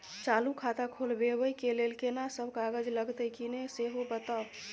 चालू खाता खोलवैबे के लेल केना सब कागज लगतै किन्ने सेहो बताऊ?